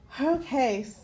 Okay